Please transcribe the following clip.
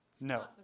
No